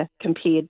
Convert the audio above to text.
compared